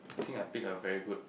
I think I picked a very good